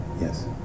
Yes